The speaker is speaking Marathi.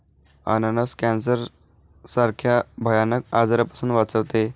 अननस कॅन्सर सारख्या भयानक आजारापासून वाचवते